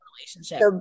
relationship